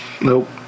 Nope